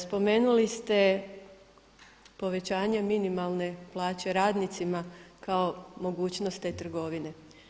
Spomenuli ste povećanje minimalne plaće radnicima kao mogućnost te trgovine.